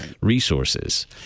resources